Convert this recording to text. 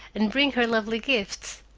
and bring her lovely gifts?